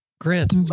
Grant